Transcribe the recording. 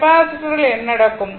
கெப்பாசிட்டரில் என்ன நடக்கும்